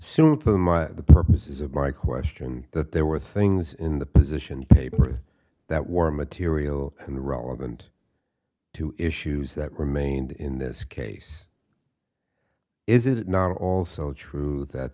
and the purposes of my question that there were things in the position paper that were material and relevant to issues that remained in this case is it not also true that